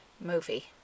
movie